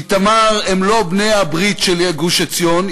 איתמר הם לא בני-הברית של גוש-עציון,